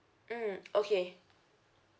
mm okay